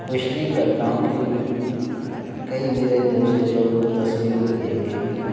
वह इसलिए करता हूँ कि कई मेरे दोस्त लोग वे तस्वीरों को देखें